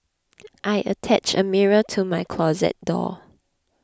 I attached a mirror to my closet door